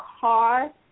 car